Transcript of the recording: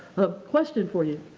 a question for you.